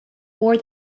more